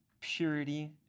purity